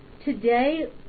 Today